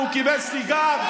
אם הוא קיבל סיגר.